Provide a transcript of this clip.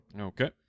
Okay